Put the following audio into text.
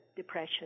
Depression